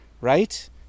right